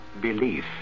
belief